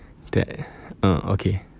that uh okay